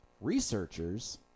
researchers